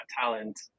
talent